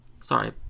Sorry